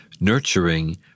nurturing